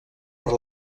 per